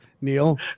Neil